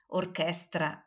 orchestra